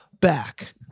back